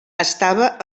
estava